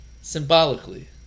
Symbolically